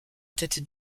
tête